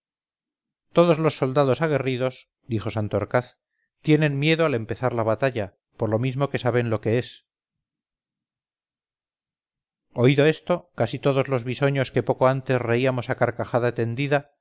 todos los soldados aguerridos dijo santorcaz tienen miedo al empezar la batalla por lo mismo que saben lo que es oído esto casi todos los bisoños que poco antes reíamos a carcajada tendida